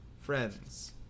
Friends